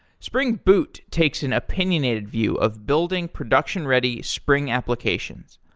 spring boot takes an opinionated view of building production-ready spring applications.